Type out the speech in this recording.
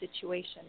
situation